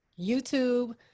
YouTube